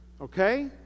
Okay